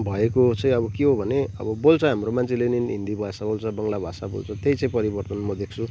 भएको चाहिँ अब के हो भने अब बोल्छ हाम्रो मान्छेले पनि हिन्दी भाषा बोल्छ बङ्गला भाषा बोल्छ त्यही चाहिँ परिवर्तन म देख्छु